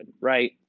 right